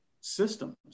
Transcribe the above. systems